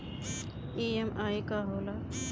EMI का होला?